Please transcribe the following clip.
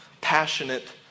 passionate